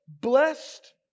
Blessed